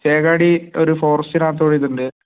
ചേകാടി ഒരു ഫോറസ്റ്റിനകത്ത് കൂടെ ഇതുണ്ട്